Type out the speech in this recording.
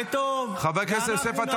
חבר הכנסת עטאונה, הוא לא הפריע לך כשדיברת.